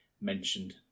mentioned